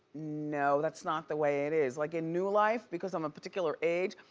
no, that's not the way it is. like in new life, because i'm a particular age,